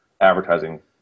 advertising